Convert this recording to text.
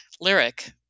lyric